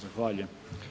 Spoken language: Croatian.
Zahvaljujem.